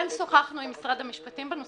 אנחנו כן שוחחנו עם משרד המשפטים בנושא.